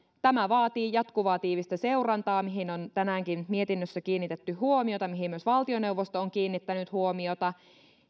tämä vaatii jatkuvaa tiivistä seurantaa mihin on tänäänkin mietinnössä kiinnitetty huomiota ja mihin myös valtioneuvosto on kiinnittänyt huomiota